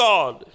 God